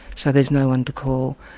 so there's no-one to call.